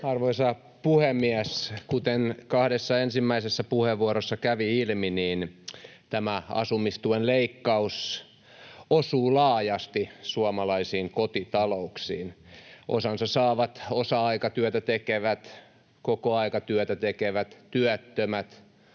Arvoisa puhemies! Kuten kahdessa ensimmäisessä puheenvuorossa kävi ilmi, niin tämä asumistuen leikkaus osuu laajasti suomalaisiin kotitalouksiin. Osansa saavat osa-aikatyötä tekevät, kokoaikatyötä tekevät, työttömät